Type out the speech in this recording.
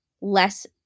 less